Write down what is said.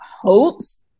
hopes